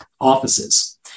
offices